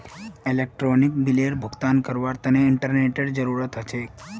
electronic बिलेर भुगतान करवार तने इंटरनेतेर जरूरत ह छेक